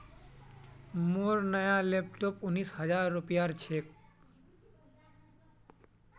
मोर नया लैपटॉप उन्नीस हजार रूपयार छिके